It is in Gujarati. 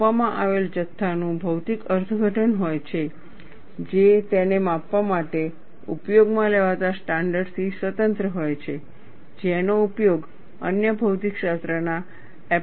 માપવામાં આવેલા જથ્થાનું ભૌતિક અર્થઘટન હોય છે જે તેને માપવા માટે ઉપયોગમાં લેવાતા સ્ટાન્ડર્ડથી સ્વતંત્ર હોય છે જેનો ઉપયોગ અન્ય ભૌતિકશાસ્ત્રના એપ્લિકેશન્સ માં થઈ શકે છે